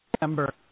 member